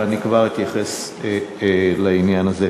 ואני כבר אתייחס לעניין הזה.